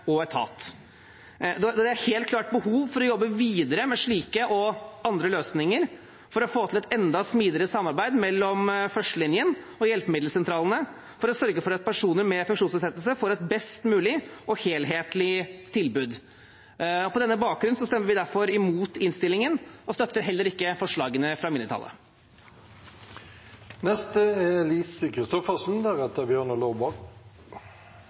og etat. Det er helt klart behov for å jobbe videre med slike og andre løsninger for å få til et enda smidigere samarbeid mellom førstelinjen og hjelpemiddelsentralene og sørge for at personer med funksjonsnedsettelse får et best mulig og helhetlig tilbud. På denne bakgrunn stemmer vi derfor imot innstillingen og støtter heller ikke forslagene fra